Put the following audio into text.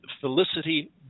Felicity